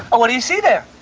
but what do you see there.